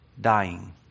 dying